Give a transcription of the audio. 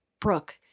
Brooke